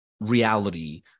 reality